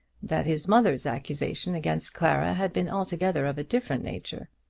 that his mother's accusation against clara had been altogether of a different nature.